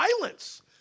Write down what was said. violence